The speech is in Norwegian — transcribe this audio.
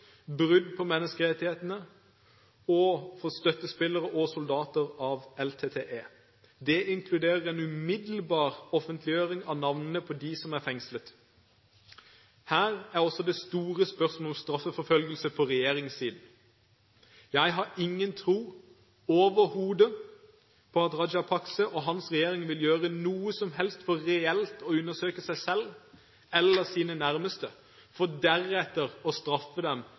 brudd på menneskerettighetene og av støttespillere og soldater av LTTE. Det inkluderer en umiddelbar offentliggjøring av navnene på dem som er fengslet. Her er også det store spørsmålet om straffeforfølgelse på regjeringssiden. Jeg har ingen tro, overhodet, på at Rajapaksa og hans regjering vil gjøre noe som helst for reelt å undersøke seg selv eller sine nærmeste, for deretter å straffe dem